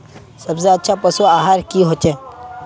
सबसे अच्छा पशु आहार की होचए?